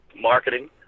Marketing